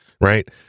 right